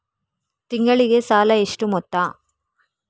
ತಿಂಗಳಿಗೆ ಸಾಲ ಎಷ್ಟು ಮೊತ್ತ?